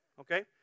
okay